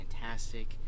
fantastic